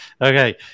Okay